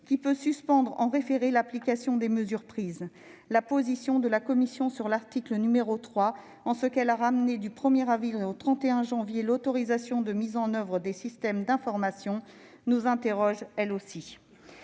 qui peut suspendre en référé l'application des mesures prises. La position de la commission sur l'article 3, qui vise à ramener du 1 avril au 31 janvier l'autorisation de mise en oeuvre des systèmes d'information, est elle aussi